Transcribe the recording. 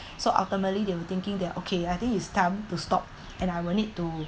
so ultimately they were thinking that okay I think it's time to stop and I will need to